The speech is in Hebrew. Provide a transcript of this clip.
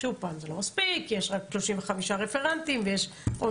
זה לא מספיק כי יש רק 35 רפרנטים ויש עוד